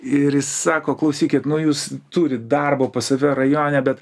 ir jis sako klausykit nu jūs turit darbo pas save rajone bet